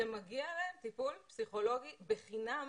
שמגיע להם טיפול פסיכולוגי בחינם